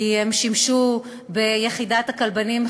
כי הם שימשו ביחידת הכלבנים,